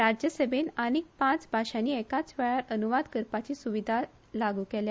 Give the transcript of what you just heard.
राज्यसभेत आनीक पाच भाषांनी एकाच वेळार अनुवाद करपाची सुविधा लागू केल्या